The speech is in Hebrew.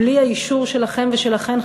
בלי האישור שלכם ושלכן,